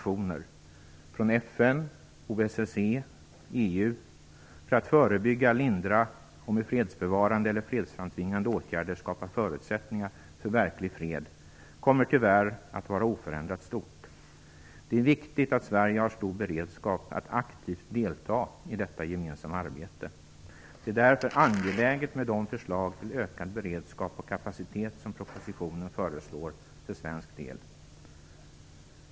och EU för att förebygga, lindra och med fredsbevarande eller fredsframtvingande åtgärder skapa förutsättningar för verklig fred kommer tyvärr att vara oförändrat stort. Det är viktigt att Sverige har stor beredskap att aktivt delta i detta gemensamma arbete. Det är därför angeläget med de förslag till ökad beredskap och kapacitet som propositionen föreslår för svensk del.